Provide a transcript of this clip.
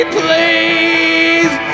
please